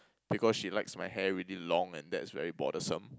because she likes my hair really long and that's very bothersome